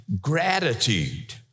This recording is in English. gratitude